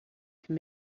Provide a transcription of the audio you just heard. can